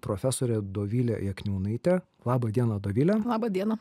profesorė dovilė jakniūnaitė laba diena dovile laba diena